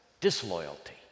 disloyalty